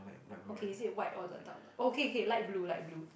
okay is it white or the dark one oh okay K light blue light blue